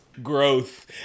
growth